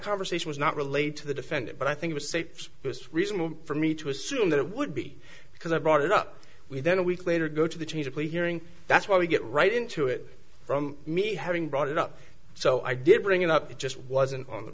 conversation was not relayed to the defendant but i think it's safe it's reasonable for me to assume that it would be because i brought it up we then a week later go to the change of plea hearing that's where we get right into it from me having brought it up so i didn't bring it up it just wasn't on the